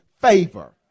favor